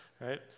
right